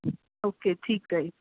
okay ਠੀਕ ਹੈ ਜੀ